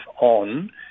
on